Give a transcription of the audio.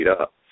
up